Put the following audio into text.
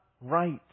right